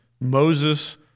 Moses